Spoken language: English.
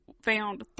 found